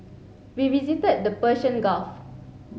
we visited the Persian Gulf